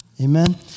Amen